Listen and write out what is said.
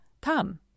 Come